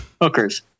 hookers